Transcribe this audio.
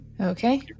Okay